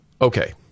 Okay